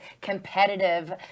competitive